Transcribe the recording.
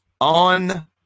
on